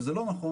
שזה לא נכון,